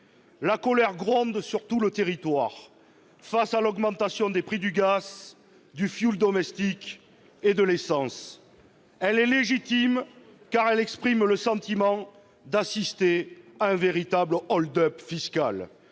la colère gronde sur tout le territoire face à l'augmentation des prix du gaz, du fioul domestique et de l'essence. Cette colère est légitime, car elle exprime le sentiment d'assister à un véritable hold-up fiscal.